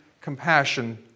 compassion